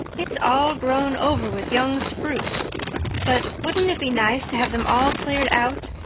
it's all grown over with young spruce but wouldn't it be nice to have them all cleared out,